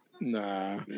Nah